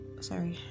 sorry